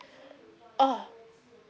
oh